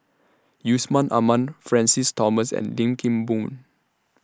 Yusman Aman Francis Thomas and Lim Kim Boon